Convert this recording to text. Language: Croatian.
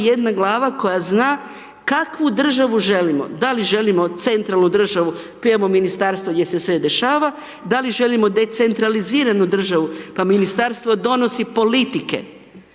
jedna glava koja zna kakvu državu želimo, da li želimo centralnu državu…/Govornik se ne razumije/…Ministarstva gdje se sve dešava, da li želimo decentraliziranu državu, pa Ministarstvo donosi politike.